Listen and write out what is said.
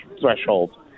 threshold